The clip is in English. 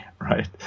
right